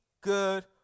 good